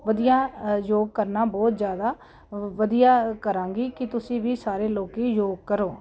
ਵਧੀਆ ਯੋਗ ਕਰਨਾ ਬਹੁਤ ਜ਼ਿਆਦਾ ਵਧੀਆ ਕਰਾਂਗੀ ਕਿ ਤੁਸੀਂ ਵੀ ਸਾਰੇ ਲੋਕੀ ਯੋਗ ਕਰੋ